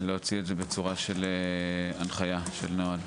להוציא את זה בצורה של הנחיה, של נוהל.